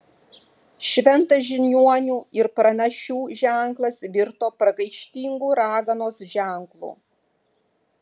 šventas žiniuonių ir pranašių ženklas virto pragaištingu raganos ženklu